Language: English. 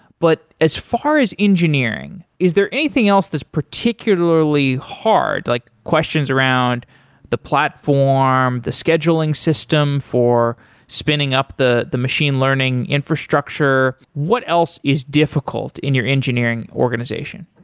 but as far as engineering, is there anything else that's particularly hard, like questions around the platform, the scheduling system for spinning up the the machine learning infrastructure? what else is difficult in your engineering organization?